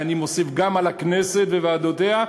ואני מוסיף: גם על הכנסת וועדותיה,